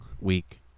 week